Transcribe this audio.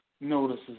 notices